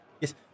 Yes